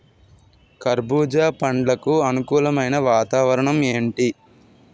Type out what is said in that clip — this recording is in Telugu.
కర్బుజ పండ్లకు అనుకూలమైన వాతావరణం ఏంటి?